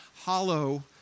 hollow